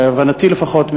בהבנתי לפחות,